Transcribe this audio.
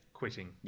quitting